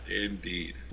indeed